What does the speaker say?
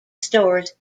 stores